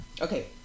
Okay